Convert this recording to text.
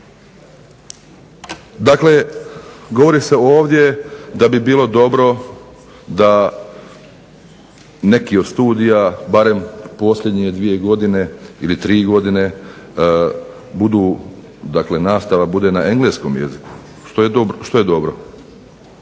Dakle, govori se ovdje da bi bilo dobro da neki od studija barem posljednje dvije godine ili tri godine budu, dakle nastava bude na engleskom jeziku što je dobro.